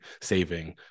saving